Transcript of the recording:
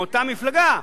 מאותה מפלגה,